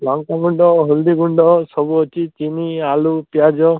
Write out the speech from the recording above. ଲଙ୍କାଗୁଣ୍ଡ ହଳଦୀଗୁଣ୍ଡ ସବୁଅଛି ଚିନି ଆଳୁ ପିଆଜ